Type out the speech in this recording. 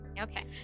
Okay